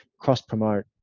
cross-promote